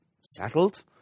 settled